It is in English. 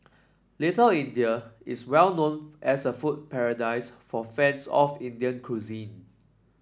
Little India is well known as a food paradise for fans of Indian cuisine